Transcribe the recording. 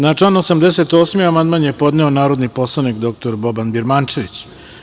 Na član 88. amandman je podneo narodni poslanik, dr Boban Birmančević.